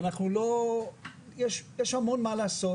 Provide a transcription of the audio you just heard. יש המון מה לעשות.